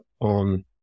on